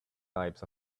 types